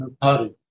party